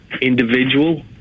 individual